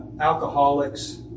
alcoholics